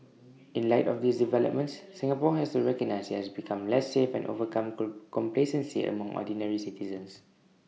in light of these developments Singapore has to recognize IT has become less safe and overcome complacency among ordinary citizens